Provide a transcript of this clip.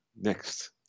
next